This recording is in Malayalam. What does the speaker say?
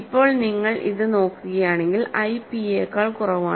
ഇപ്പോൾ നിങ്ങൾ ഇത് നോക്കുകയാണെങ്കിൽ ഐ p യേക്കാൾ കുറവാണ്